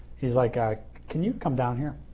he is like can you come down here.